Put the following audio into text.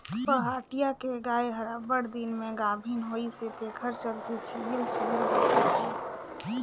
पहाटिया के गाय हर अब्बड़ दिन में गाभिन होइसे तेखर चलते छिहिल छिहिल दिखत हे